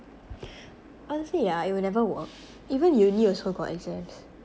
honestly yeah it will never work even uni also got exams